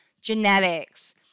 genetics